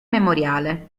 memoriale